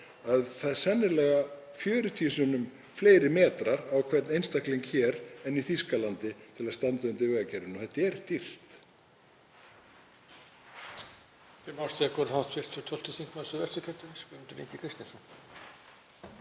að það eru sennilega 40 sinnum fleiri metrar á hvern einstakling hér en í Þýskalandi til að standa undir vegakerfinu og þetta er dýrt.